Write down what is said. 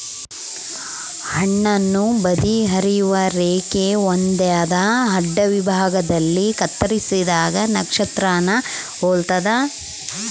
ಹಣ್ಣುನ ಬದಿ ಹರಿಯುವ ರೇಖೆ ಹೊಂದ್ಯಾದ ಅಡ್ಡವಿಭಾಗದಲ್ಲಿ ಕತ್ತರಿಸಿದಾಗ ನಕ್ಷತ್ರಾನ ಹೊಲ್ತದ